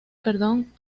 perdón